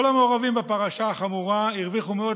כל המעורבים בפרשה החמורה הרוויחו מאות